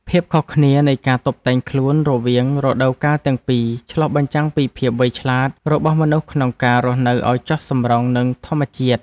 ភាពខុសគ្នានៃការតុបតែងខ្លួនរវាងរដូវទាំងពីរឆ្លុះបញ្ចាំងពីភាពវៃឆ្លាតរបស់មនុស្សក្នុងការរស់នៅឱ្យចុះសម្រុងនឹងធម្មជាតិ។